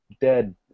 dead